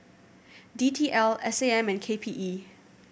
D T L S A M and K P E